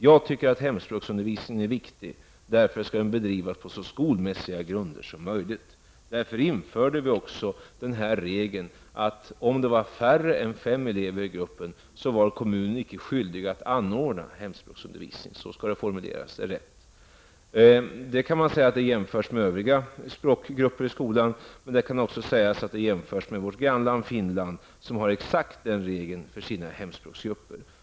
Jag tycker att hemspråksundervisningen är viktig. Därför skall den bedrivas på så skolmässiga grunder som möjligt. Vi har därför också infört regeln att om det är färre än fem elever i gruppen, är kommunen inte skyldig att anordna hemspråksundervisning. Så skall regeln formuleras. Man kan jämföra detta med övriga språkgrupper i skolan, men också med förhållandena i vårt grannland Finland, som har exakt samma regel för sina hemspråksgrupper.